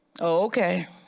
Okay